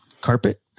carpet